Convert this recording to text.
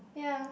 ya